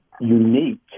unique